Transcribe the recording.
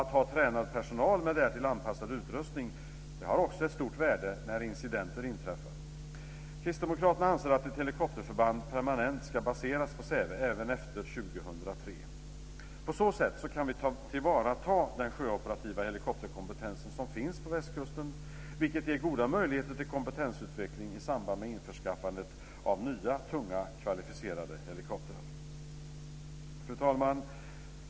Att ha tränad personal med därtill anpassad utrustning har också ett stort värde när incidenter inträffar. Kristdemokraterna anser att ett helikopterförband permanent ska baseras på Säve även efter år 2003. På så sätt kan vi tillvarata den sjöoperativa helikopterkompetens som finns på västkusten, vilket ger goda möjligheter till kompetensutveckling i samband med införskaffandet av nya tunga kvalificerade helikoptrar. Fru talman!